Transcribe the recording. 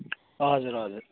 हजुर हजुर